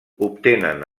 obtenen